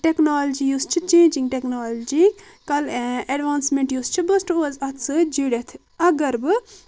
technology یۄس چھ changing technology کل ایٚڈوانٕسمیٚنٹ یۄس چھ بہٕ روزٕ اتھ سۭتۍ جُرتھ اگر بہٕ